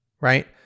right